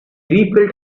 refilled